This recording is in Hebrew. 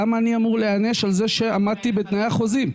למה אני אמור להיענש על זה שעמדתי בתנאי החוזים?